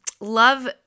Love